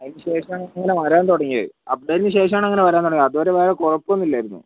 അതിന് ശേഷമാണ് ഇങ്ങനെ വരാൻ തുടങ്ങിയത് അപ്ഡേറ്റിന് ശേഷമാണിങ്ങനെ വരാൻ തുടങ്ങിയത് അതുവരെ വേറെ കുഴപ്പമൊന്നും ഇല്ലായിരുന്നു